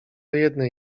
jednej